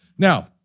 Now